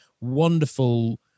Wonderful